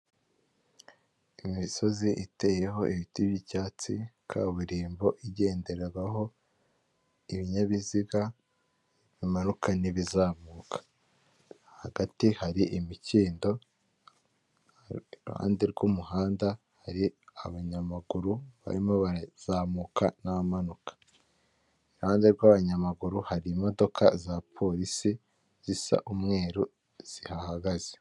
Imisozi iteyeho ibiti by'icyatsi, kaburimbo igenderagaho ibinyabiziga bimanuka n'ibizamuka, hagati hari imikindo, iruhande rw'umuhanda hari abanyamaguru barimo barazamuka n'abamanuka, iruhande rw'abanyamaguru hari imodoka za polisi zisa umweru zihahagaze.